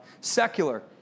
secular